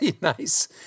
nice